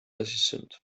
assistant